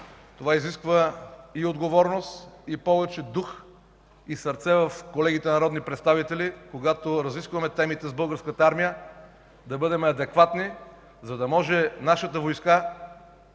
Това изисква и отговорност, и повече дух, и сърце в колегите народните представители, когато разискваме темите за Българската армия, да бъдем адекватни, за да може нашата войска